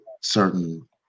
certain